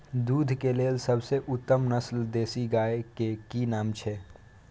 दूध के लेल सबसे उत्तम नस्ल देसी गाय के की नाम छै?